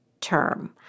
term